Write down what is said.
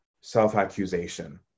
self-accusation